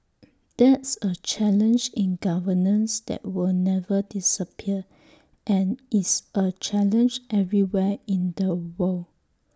that's A challenge in governance that will never disappear and is A challenge everywhere in the world